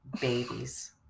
Babies